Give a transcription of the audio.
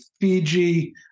Fiji